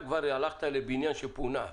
הלכת לבניין שפונה.